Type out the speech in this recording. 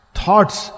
thoughts